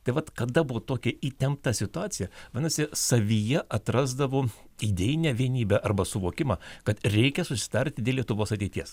tai vat kada buvo tokia įtempta situacija vadinasi savyje atrasdavo idėjinę vienybę arba suvokimą kad reikia susitarti dėl lietuvos ateities